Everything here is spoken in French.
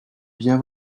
bien